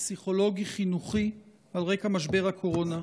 פסיכולוגי-חינוכי על רקע משבר הקורונה.